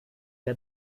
der